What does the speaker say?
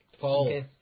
Paul